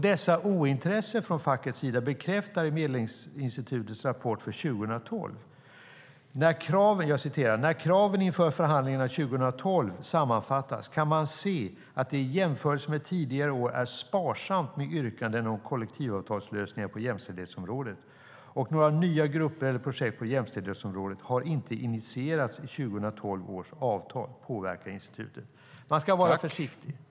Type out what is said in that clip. Detta ointresse från fackets sida bekräftas i Medlingsinstitutets rapport för 2012: "När kraven inför förhandlingarna 2012 sammanfattas kan man se att det - i jämförelse med tidigare år - är sparsamt med yrkanden om kollektivavtalslösningar på jämställdhetsområdet." Institutet påpekar också att några nya grupper eller projekt på jämställdhetsområdet inte har initierats i 2012 års avtal. Man ska vara försiktig.